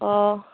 অঁ